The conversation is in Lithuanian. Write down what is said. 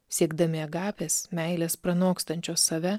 siekdami agapės meilės pranokstančios save